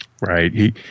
Right